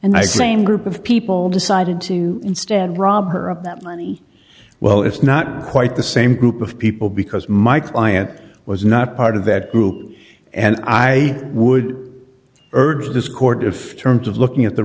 same group of people decided to instead rob her of that money well it's not quite the same group of people because my client was not part of that group and i would urge this court if terms of looking at the